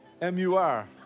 M-U-R